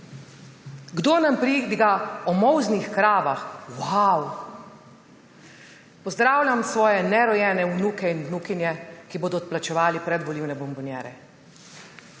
Kdo nam pridiga o molznih kravah? Vav. Pozdravljam svoje nerojene vnuke in vnukinje, ki bodo odplačevali predvolilne bombonjere.